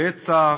רצח,